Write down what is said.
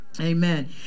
Amen